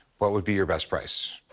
what would be your best price?